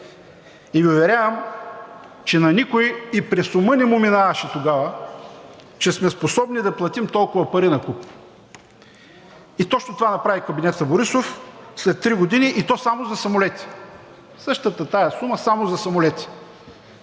ден. Уверявам Ви, че на никой и през ума не му минаваше тогава, че сме способни да платим толкова пари накуп. И точно това направи кабинетът Борисов след три години и само за самолети. Същата тази сума само за самолети